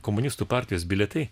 komunistų partijos bilietai